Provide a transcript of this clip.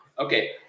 Okay